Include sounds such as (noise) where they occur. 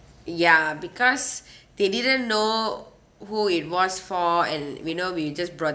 ya because (breath) they didn't know who it was for and we know we just brought